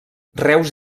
reus